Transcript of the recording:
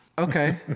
okay